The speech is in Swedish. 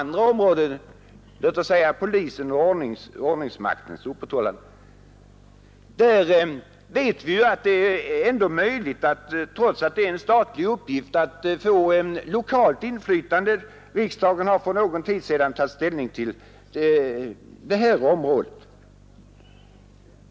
När det gäller polisen och ordningens upprätthållande vet vi att det är möjligt, trots att det är en statlig uppgift, att få lokalt inflytande. Riksdagen har för en tid sedan tagit ställning till detta.